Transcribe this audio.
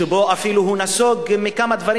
שבו אפילו הוא נסוג מכמה דברים,